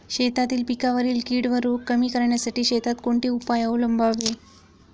शेतातील पिकांवरील कीड व रोग कमी करण्यासाठी शेतात कोणते उपाय अवलंबावे?